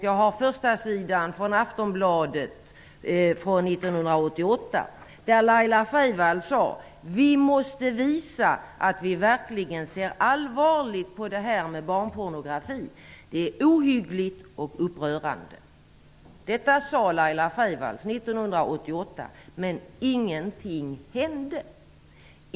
Jag har förstasidan från Aftonbladet från 1988 där hon sade: Vi måste visa att vi verkligen ser allvarligt på det här med barnpornografi. Det är ohyggligt och upprörande. Detta sade Laila Freivalds 1988, men ingenting hände.